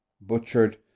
butchered